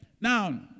Now